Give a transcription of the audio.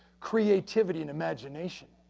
creativity, and imagination.